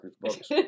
books